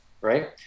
right